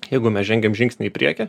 jeigu mes žengiam žingsnį į priekį